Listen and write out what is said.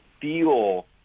feel